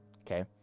Okay